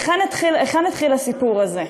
היכן מתחיל הסיפור הזה?